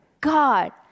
God